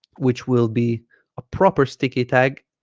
which will be a proper sticky tag